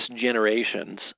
generation's